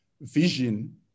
vision